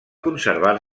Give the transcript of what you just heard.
conservar